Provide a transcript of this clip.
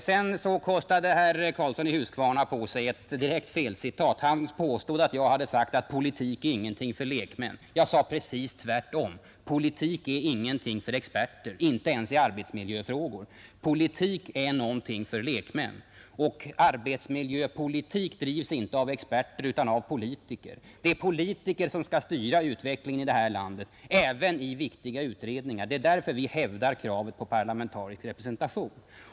Sedan kostade herr Karlsson i Huskvarna på sig ett direkt felcitat. Han påstod att jag hade sagt att politik är ingenting för lekmän. Jag sade precis tvärtom: Politik är ingenting för experter, inte ens i arbetsmiljöfrågor. Politik är någonting för lekmän, och arbetsmiljöpolitik drivs inte av experter utan av politiker. Det är politiker som skall styra utvecklingen i det här landet, även i viktiga utredningar. Det är därför vi hävdar kravet på parlamentarisk representation.